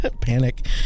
Panic